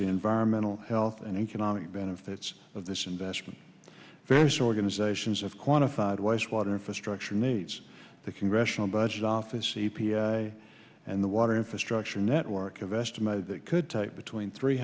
environmental health and economic benefits of this investment various organizations have quantified waste water infrastructure needs the congressional budget office c p i and the water infrastructure network of estimated that could take between three